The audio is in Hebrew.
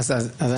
אדוני היושב-ראש,